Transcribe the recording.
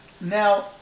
now